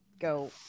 go